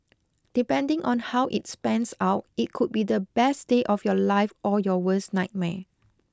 depending on how it pans out it could be the best day of your life or your worst nightmare